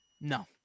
no